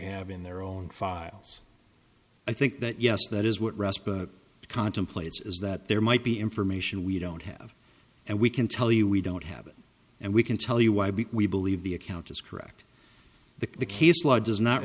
have in their own files i think that yes that is what rest but contemplates is that there might be information we don't have and we can tell you we don't have it and we can tell you why be we believe the account is correct the case law does not